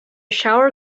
shower